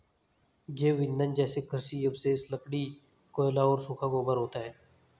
जैव ईंधन जैसे कृषि अवशेष, लकड़ी, कोयला और सूखा गोबर होता है